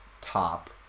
top